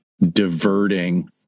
diverting